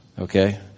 Okay